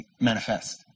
manifest